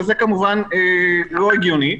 וזה כמובן לא הגיוני.